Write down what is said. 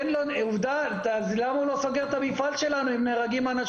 אז למה הוא לא סוגר את המפעל שלנו אם נהרגים אנשים פה?